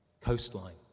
coastline